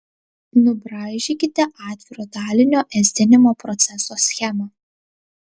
nubraižykite atviro dalinio ėsdinimo proceso schemą